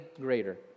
greater